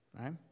Right